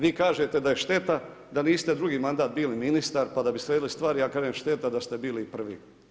Vi kažete da je šteta da niste drugi mandat bili ministar pa da bi ste sredili stvari, ja kažem šteta da ste bili i prvi.